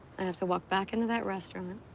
i have to walk back into that restaurant